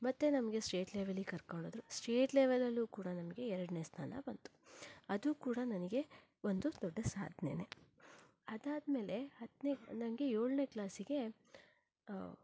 ಮತ್ತೆ ನಮಗೆ ಸ್ಟೇಟ್ ಲೆವೆಲಿಗೆ ಕರ್ಕೊಂಡು ಹೋದರು ಸ್ಟೇಟ್ ಲೆವೆಲಲ್ಲೂ ಕೂಡ ನಮಗೆ ಎರಡನೇ ಸ್ಥಾನ ಬಂತು ಅದು ಕೂಡ ನನಗೆ ಒಂದು ದೊಡ್ಡ ಸಾಧನೆನೇ ಅದಾದ್ಮೇಲೆ ಹತ್ತನೇ ನನಗೆ ಏಳನೇ ಕ್ಲಾಸಿಗೆ